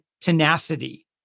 tenacity